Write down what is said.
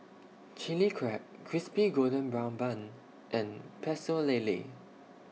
Chili Crab Crispy Golden Brown Bun and Pecel Lele